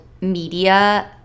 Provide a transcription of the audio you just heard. media